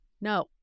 no